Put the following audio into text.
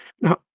Now